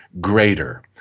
greater